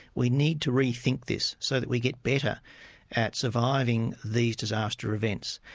we need to re-think this, so that we get better at surviving these disaster events,